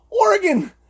Oregon